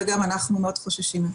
באמת חשבנו גם,